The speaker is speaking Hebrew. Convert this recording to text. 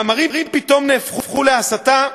מאמרים פתאום הפכו להסתה,